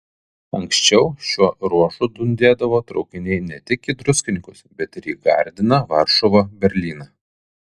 anksčiau šiuo ruožu dundėdavo traukiniai ne tik į druskininkus bet ir į gardiną varšuvą berlyną